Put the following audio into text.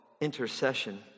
intercession